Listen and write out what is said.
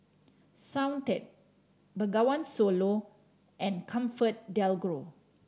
Soundteoh Bengawan Solo and ComfortDelGro